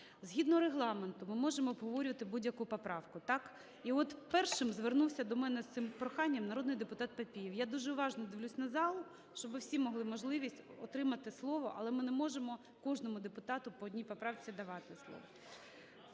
згідно Регламенту ми можемо обговорювати будь-яку поправку. Так? І от першим звернувся до мене з цим проханням народний депутат Папієв. Я дуже уважно дивлюсь на зал, щоби всі мали можливість отримати слово, але ми не можемо кожному депутату по одній поправці давати слово.